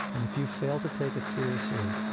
and if you fail to take it seriously,